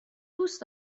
دوست